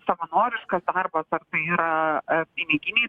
savanoriškas darbas ar tai yra piniginiai